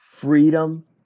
Freedom